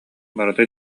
барыта